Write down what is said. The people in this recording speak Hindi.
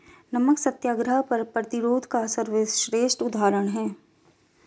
नमक सत्याग्रह कर प्रतिरोध का सर्वश्रेष्ठ उदाहरण है